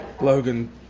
Logan